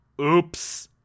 Oops